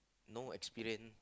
no experience